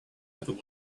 other